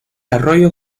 arroyo